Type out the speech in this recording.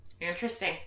Interesting